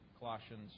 Colossians